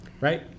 right